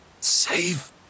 Save